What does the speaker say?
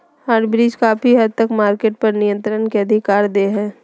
hybrid काफी हद तक मार्केट पर नियन्त्रण के अधिकार दे हय